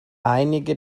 einige